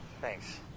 Thanks